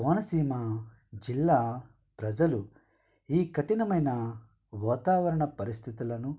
కోనసీమ జిల్లా ప్రజలు ఈ కఠినమైన వాతావరణ పరిస్థితులను